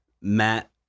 Matt